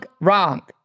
wrong